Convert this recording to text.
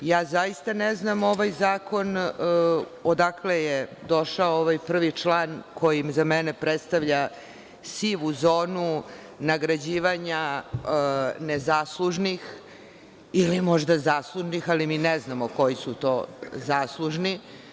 Zaista ne znam ovaj zakon odakle je došao ovaj član 1, koji za mene predstavlja sivu zonu nagrađivanja nezaslužnih ili možda zaslužnih, ali mi ne znamo koji su to zaslužni.